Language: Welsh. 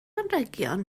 anrhegion